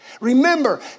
Remember